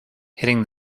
hitting